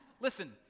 listen